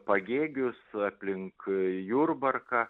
pagėgius aplink jurbarką